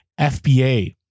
FBA